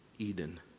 Eden